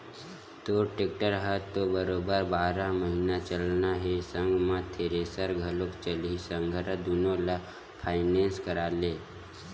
तोर टेक्टर ह तो बरोबर बारह महिना चलना हे संग म थेरेसर घलोक चलही संघरा दुनो ल फायनेंस करा ले